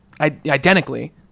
identically